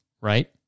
right